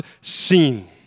seen